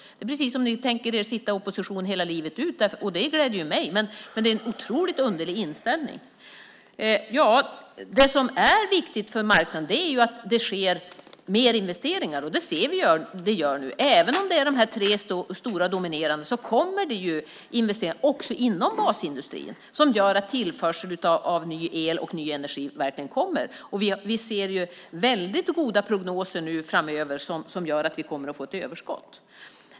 Det är precis som att ni tänker sitta i opposition livet ut, och det gläder mig. Men det är en otroligt underlig inställning. Det som är viktigt för marknaden är att det sker mer investeringar, och det ser vi att det gör nu. Även om det är de tre stora som dominerar kommer det investeringar också inom basindustrin som gör att tillförseln av ny el och ny energi verkligen kommer. Vi ser väldigt goda prognoser framöver som visar att vi kommer att få ett överskott.